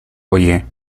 oye